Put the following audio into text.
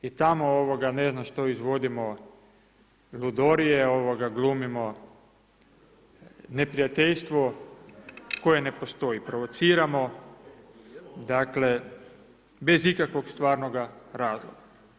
I tamo ne znam, što izvodimo, ludorije glumimo, neprijateljstvo koje ne postoji, provociramo, dakle bez ikakvog stvarnoga razloga.